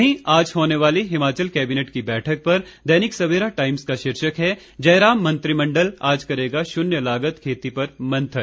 वहीं आज होने वाली हिमाचल कैबिनेट की बैठक पर दैनिक सवेरा टाइम्स का शीर्षक है जयराम मंत्रिमण्डल आज करेगा शून्य लागत खेती पर मंथन